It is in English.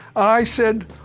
i said,